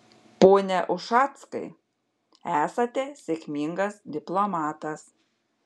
pone ušackai esate sėkmingas diplomatas